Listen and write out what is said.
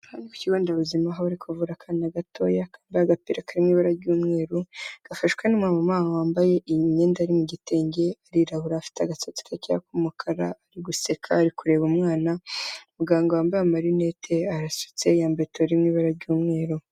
Aha ni ku kigonderabuzima aho bari kuvura akana ahore gatoya kambaye agapira kari mu ibara ry'umweru, gafashwe n'umumama wambaye imyenda iri mu gitenge, arirabura, afite agasatsi gakeya k'umukara, ari guseka, ari kureba umwana, muganga wambaye amarinete, arasutse, yambaye itaburiya iri mu ibara ry'umweru.